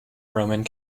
roman